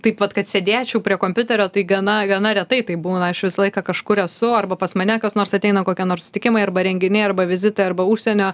taip vat kad sėdėčiau prie kompiuterio tai gana gana retai taip būna aš visą laiką kažkur esu arba pas mane kas nors ateina kokie nors sutikimai arba renginiai arba vizitai arba užsienio